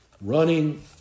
running